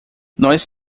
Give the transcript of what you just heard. nós